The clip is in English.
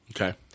Okay